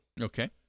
Okay